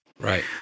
Right